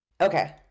Okay